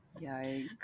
Yikes